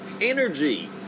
energy